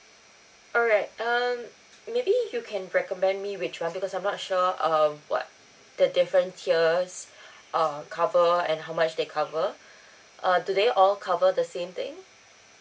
alright um maybe you can recommend me which one because I'm not sure um what the different tiers err cover and how much they cover uh do they all cover the same thing